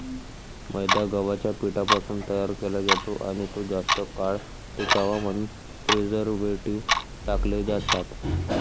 मैदा गव्हाच्या पिठापासून तयार केला जातो आणि तो जास्त काळ टिकावा म्हणून प्रिझर्व्हेटिव्ह टाकले जातात